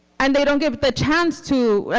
and they don't get the chance to,